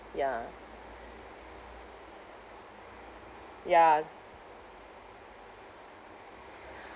ya ya